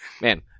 Man